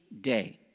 day